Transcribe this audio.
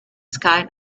sky